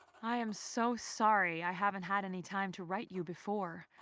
i am so sorry i haven't had any time to write you before.